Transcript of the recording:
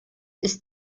ist